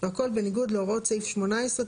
והכל בניגוד להוראות סעיף 18,